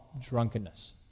drunkenness